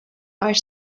are